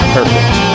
perfect